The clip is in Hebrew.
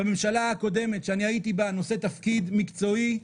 בממשלה הקודמת, שהייתי בה נושא תפקיד מקצועי,